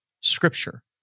Scripture